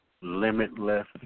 limitless